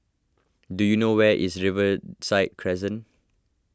do you know where is Riverside Crescent